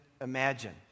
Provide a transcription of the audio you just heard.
imagine